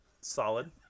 Solid